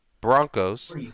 Broncos